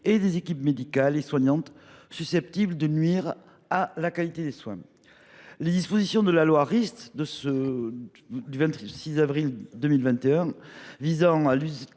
des équipes médicales et soignantes, susceptible de nuire à la qualité des soins. Les dispositions de la loi Rist du 26 avril 2021 visant à lutter